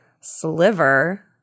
Sliver